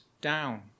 down